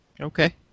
Okay